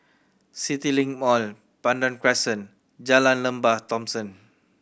CityLink Mall Pandan Crescent Jalan Lembah Thomson